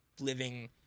living